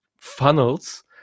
funnels